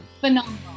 Phenomenal